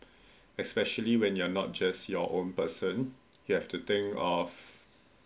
especially when you are not just your own person you have to think of